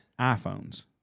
iPhones